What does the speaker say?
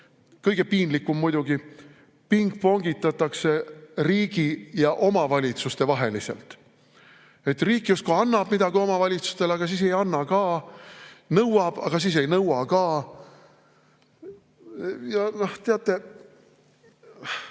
kõige piinlikum muidugi – pingpongitatakse riigi ja omavalitsuste vahel. Riik justkui annab midagi omavalitsustele, aga siis ei anna ka, nõuab, aga siis ei nõua ka. Teate,